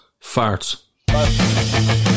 Farts